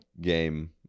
game